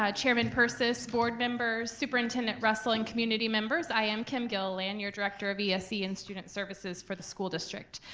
ah chairman purses, board members, superintendent russell, and community members, i am kim gilliland, your director of ese and student services for the school district.